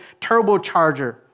turbocharger